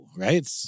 right